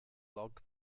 log